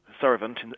servant